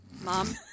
mom